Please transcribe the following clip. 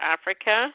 Africa